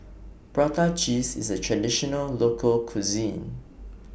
Prata Cheese IS A Traditional Local Cuisine